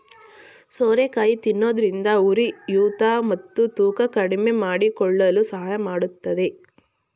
ಸೋರೆಕಾಯಿ ತಿನ್ನೋದ್ರಿಂದ ಉರಿಯೂತ ಮತ್ತು ತೂಕ ಕಡಿಮೆಮಾಡಿಕೊಳ್ಳಲು ಸಹಾಯ ಮಾಡತ್ತದೆ